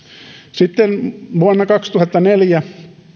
sitten vuonna kaksituhattaneljä